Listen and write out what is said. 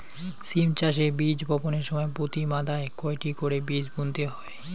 সিম চাষে বীজ বপনের সময় প্রতি মাদায় কয়টি করে বীজ বুনতে হয়?